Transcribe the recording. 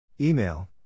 Email